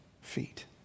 feet